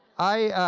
i